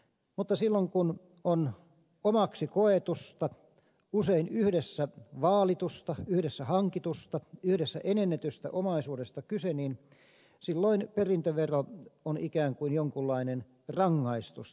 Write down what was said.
mutta silloin kun on omaksi koetusta usein yhdessä vaalitusta yhdessä hankitusta yhdessä enennetystä omaisuudesta kyse niin silloin perintövero on ikään kuin jonkunlainen rangaistus